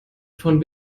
von